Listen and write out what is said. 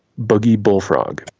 boogie bullfrog?